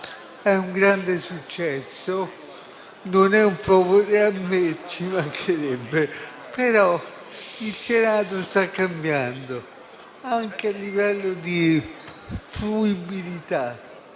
È un grande successo. Non è un favore a me, ci mancherebbe, ma è il Senato che sta cambiando, anche a livello di fruibilità,